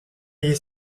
gli